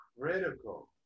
critical